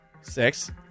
Six